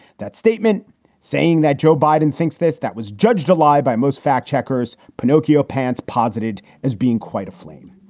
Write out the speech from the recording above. that statement saying that joe biden thinks this, that was judged a lie by most fact checkers. pinocchio pants posited as being quite a flame.